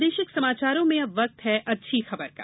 प्रादेशिक समाचारों में अब वक्त है अच्छी खबर का